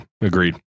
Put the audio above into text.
Agreed